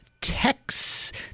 text